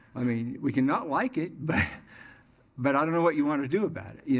i mean, we can not like it but but i don't know what you wanna do about it, you